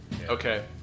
Okay